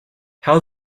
how